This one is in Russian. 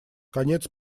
конец